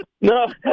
No